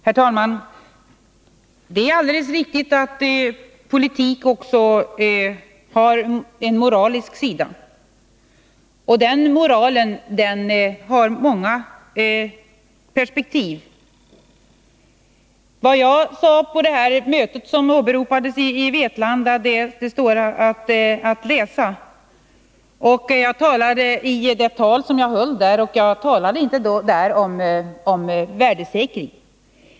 Herr talman! Det är alldeles riktigt att politik också har en moralisk sida. Den moralen har många perspektiv. I det tal som nyss åberopades berörde jag inte frågan om värdesäkring.